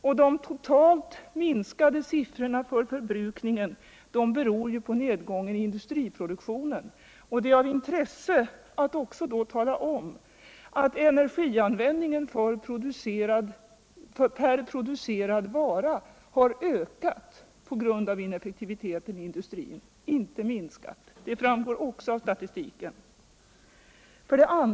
Och de totalt minskade siffrorna för förbrukningen beror ju på nedgången i industriproduktionen. Det är av intresse att då också tala om att energianvändningen per producerad vara har ökat p. g. a. ineffektiviteten i industrin, inte minskat. Det framgår också av statistiken. 2.